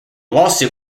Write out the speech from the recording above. lawsuit